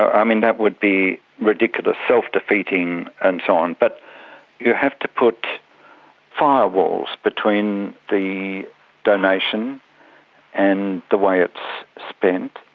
um and that would be ridiculous, self-defeating and so on. but you have to put firewalls between between the donation and the way it's spent,